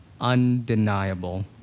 undeniable